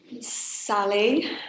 Sally